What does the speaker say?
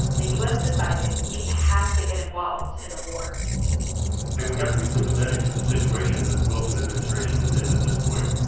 the u s. decided it had to get involved in the war and we have to be sympathetic to the situation that the wilson administration is in at this point.